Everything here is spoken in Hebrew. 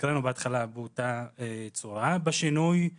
שהקראנו בהתחלה באותה צורה בשינוי שלהלן,